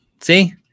see